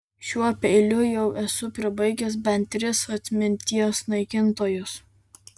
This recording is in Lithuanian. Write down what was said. šiuo peiliu jau esu pribaigęs bent tris atminties naikintojus